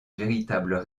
véritables